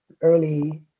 early